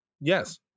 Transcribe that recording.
yes